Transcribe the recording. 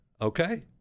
Okay